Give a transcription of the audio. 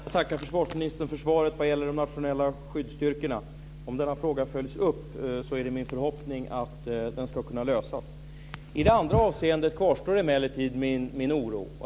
Fru talman! Jag tackar försvarsministern för svaret vad gäller de nationella skyddsstyrkorna. Det är min förhoppning att denna fråga följs upp och löses. I det andra avseendet kvarstår emellertid min oro.